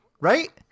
right